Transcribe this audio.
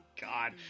God